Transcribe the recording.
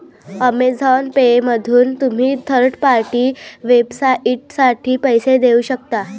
Amazon पेमधून तुम्ही third party वेबसाइटसाठी पैसे देऊ शकता